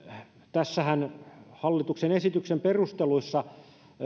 tässähän hallituksen esityksen perusteluissa